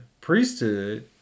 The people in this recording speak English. priesthood